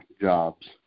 jobs